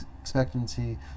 expectancy